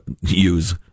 use